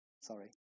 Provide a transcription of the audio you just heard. Sorry